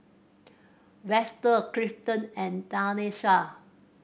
Vester Clifton and Tanesha